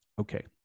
okay